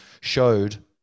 showed